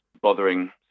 bothering